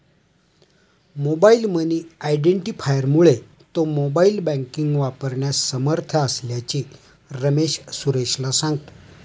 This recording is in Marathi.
मोबाईल मनी आयडेंटिफायरमुळे तो मोबाईल बँकिंग वापरण्यास समर्थ असल्याचे रमेश सुरेशला सांगतो